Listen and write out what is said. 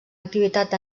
activitat